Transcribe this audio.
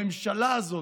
בממשלה הזאת,